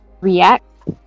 react